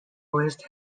list